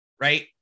right